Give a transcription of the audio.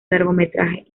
largometrajes